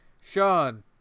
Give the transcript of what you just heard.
Sean